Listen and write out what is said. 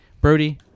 Brody